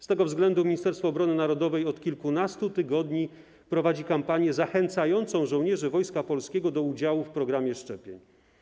Z tego względu Ministerstwo Obrony Narodowej od kilkunastu tygodni prowadzi kampanię zachęcającą żołnierzy Wojska Polskiego do udziału w programie szczepień.